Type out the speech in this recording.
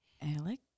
Alec